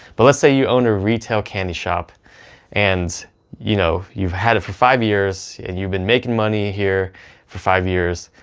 but let's say you own a retail candy shop and you know, you've had it for five years and you've been making money here for five years.